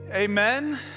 Amen